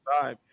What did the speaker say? time